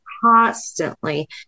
constantly